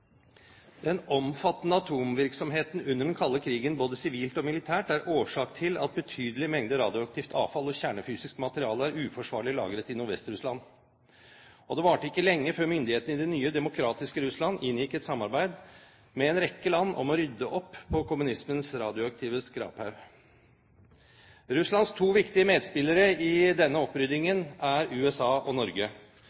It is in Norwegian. Den omfattende atomvirksomheten under den kalde krigen, både sivilt og militært, er årsak til at betydelige mengder radioaktivt avfall og kjernefysisk materiale er uforsvarlig lagret i Nordvest-Russland. Og det varte ikke lenge før myndighetene i det nye, demokratiske Russland inngikk et samarbeid med en rekke land om å rydde opp på kommunismens radioaktive skraphaug. Russlands to viktigste medspillere i denne oppryddingen